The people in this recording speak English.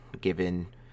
given